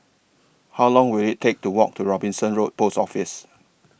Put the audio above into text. How Long Will IT Take to Walk to Robinson Road Post Office